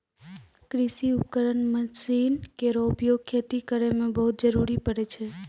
कृषि उपकरण मसीन केरो उपयोग खेती करै मे बहुत जरूरी परै छै